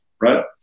right